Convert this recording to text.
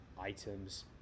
items